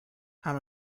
how